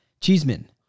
Cheeseman